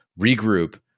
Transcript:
regroup